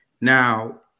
Now